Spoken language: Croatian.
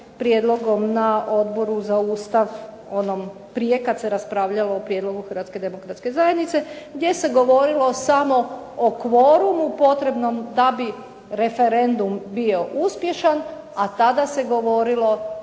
prijedlogom na Odboru za Ustav, prije kada se raspravljalo o prijedlogu Hrvatske demokratske zajednice, gdje se govorilo samo o kvorumu potrebnom da bi referendum bio uspješan, a tada se govorilo